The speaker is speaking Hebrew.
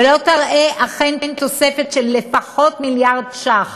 ולא תראה אכן תוספת של לפחות מיליארד ש"ח